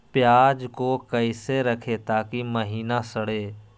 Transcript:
प्याज को कैसे रखे ताकि महिना सड़े?